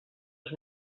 dos